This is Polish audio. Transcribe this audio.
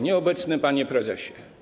Nieobecny Panie Prezesie!